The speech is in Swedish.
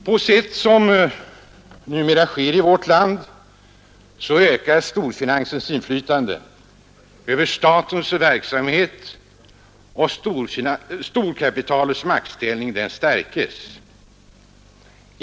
På sätt som numera sker i vårt land ökas storfinansens inflytande över statens verksamhet, och storkapitalets maktställning stärkes.